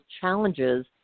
challenges